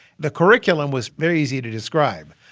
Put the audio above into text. the curriculum was very easy to describe.